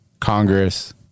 Congress